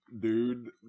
dude